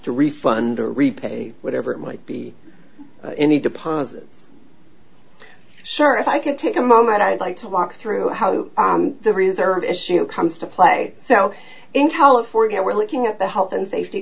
to refund or repay whatever it might be any deposit sure if i can take a moment i'd like to walk through how the reserve issue comes to play so in california we're looking at the health and safety